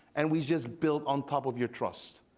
and we just built on top of your trust.